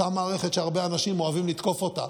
אותה מערכת שהרבה אנשים אוהבים לתקוף אותה.